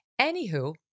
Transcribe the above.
Anywho